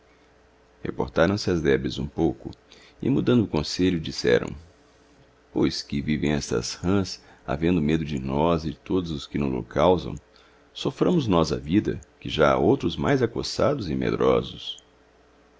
ribeiro reportáraõ se as lebres hum pouco e mudando o conselho y dis seraõ pois que vivem estas rãs havendo medo de nós e de todos os que no-lo causa soáramos nós a vida que já ha outros mais acossados e medrosos